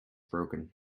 broken